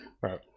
Right